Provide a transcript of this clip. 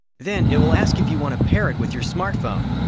then, it will ask if you want to pair it with your smartphone.